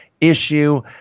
issue